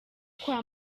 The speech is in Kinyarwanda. kwa